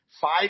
five